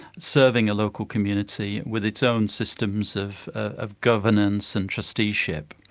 serving a local community with its own systems of of governance and trusteeship.